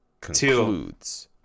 concludes